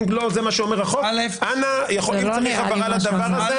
אם לא זה מה שאומר החוק, אנא הבהרה לדבר הזה.